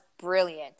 brilliant